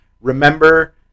Remember